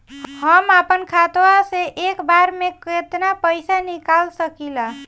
हम आपन खतवा से एक बेर मे केतना पईसा निकाल सकिला?